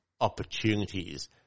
opportunities